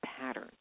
pattern